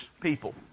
people